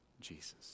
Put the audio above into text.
Jesus